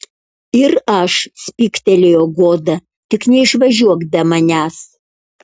ir aš spygtelėjo goda tik neišvažiuok be manęs